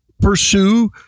pursue